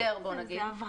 זה מאתגר, בוא נגיד.